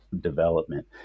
development